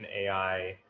ai